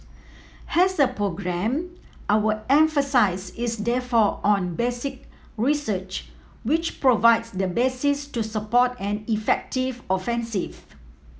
as a programme our emphasis is therefore on basic research which provides the basis to support an effective offensive